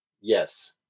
Yes